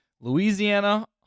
Louisiana